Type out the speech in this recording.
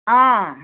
অ'